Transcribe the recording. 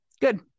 Good